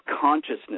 consciousness